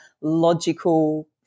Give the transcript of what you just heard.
logical